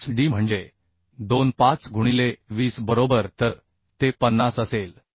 5 d म्हणजे 2 5 गुणिले 20 बरोबर तर ते 50 असेल